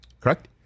Correct